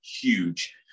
huge